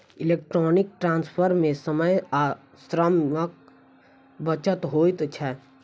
electronic transfer मे समय आ श्रमक बचत होइत छै